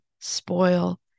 spoil